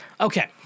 Okay